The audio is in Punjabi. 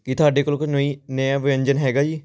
ਕੀ ਤੁਹਾਡੇ ਕੋਲ ਕੋਈ ਨਈ ਨਿਆਂ ਵਿਅੰਜਨ ਹੈਗਾ ਜੀ